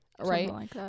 right